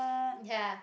ya